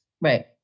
right